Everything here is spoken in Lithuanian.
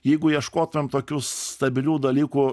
jeigu ieškotum tokių stabilių dalykų